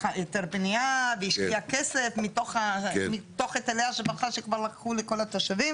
היתר בנייה והשקיעה כסף מתוך היטלי השבחה שכבר לקחו לכל התושבים.